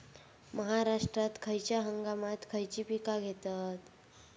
महाराष्ट्रात खयच्या हंगामांत खयची पीका घेतत?